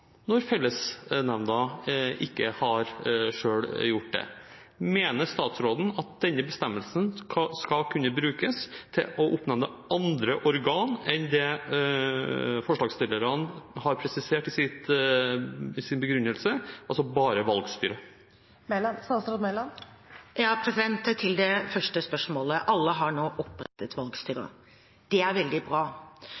når fellesnemnda ikke selv har gjort det. Mener statsråden at denne bestemmelsen skal kunne brukes til å oppnevne andre organ enn det forslagsstillerne har presisert i sin begrunnelse, altså bare valgstyre? Til det første spørsmålet: Alle har nå opprettet valgstyre.